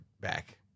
back